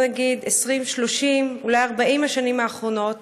בואו נגיד, 20, 30, אולי 40 השנים האחרונות.